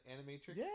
Animatrix